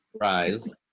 rise